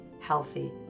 healthy